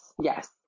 Yes